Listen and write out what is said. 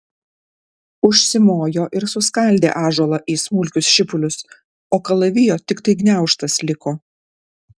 užsimojo ir suskaldė ąžuolą į smulkius šipulius o kalavijo tiktai gniaužtas liko